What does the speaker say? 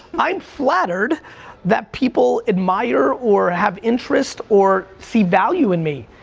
i'm flattered that people admire, or have interest, or see value in me,